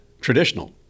traditional